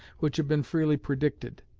which had been freely predicted.